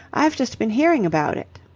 i've just been hearing about it.